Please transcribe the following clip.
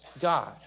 God